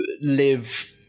live